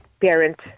parent